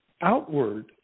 outward